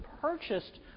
purchased